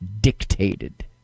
Dictated